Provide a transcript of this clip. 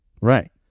Right